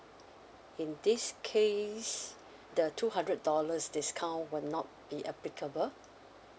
in this case the two hundred dollars discount will not be applicable